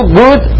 good